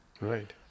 Right